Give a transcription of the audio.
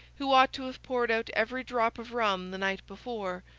who ought to have poured out every drop of rum the night before,